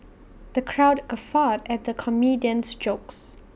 the crowd guffawed at the comedian's jokes